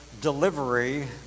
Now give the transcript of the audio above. delivery